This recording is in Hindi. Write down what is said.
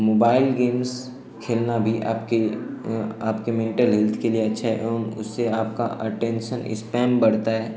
मोबाइल गेम्स खेलना भी आपके आपके मेन्टल हेल्थ के लिए अच्छा है एवं उससे आपका अटेन्शन बढ़ता है